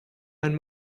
ein